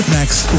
next